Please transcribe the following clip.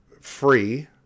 free